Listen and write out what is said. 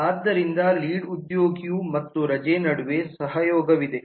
ಆದ್ದರಿಂದ ಲೀಡ್ ಉದ್ಯೋಗಿಯು ಮತ್ತು ರಜೆ ನಡುವೆ ಸಹಯೋಗವಿದೆ